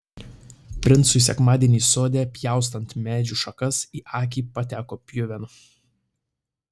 princui sekmadienį sode pjaustant medžių šakas į akį pateko pjuvenų